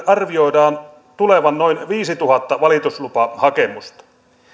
arvioidaan tulevan noin viisituhatta valituslupahakemusta